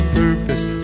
purpose